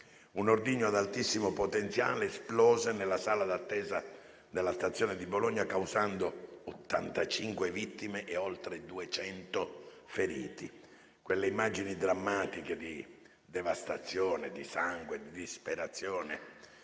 un ordigno ad altissimo potenziale esplose nella sala d'attesa della stazione di Bologna, causando 85 vittime e oltre 200 feriti. Quelle immagini drammatiche di devastazione, di sangue e di disperazione